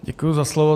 Děkuji za slovo.